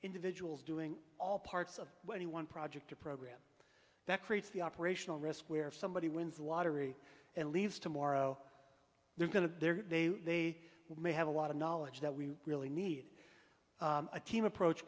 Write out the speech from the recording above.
individuals doing all parts of what he one project a program that creates the operational risk where somebody wins the lottery and leaves tomorrow they're going to be there they may have a lot of knowledge that we really need a team approach